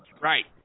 Right